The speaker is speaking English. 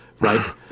right